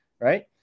right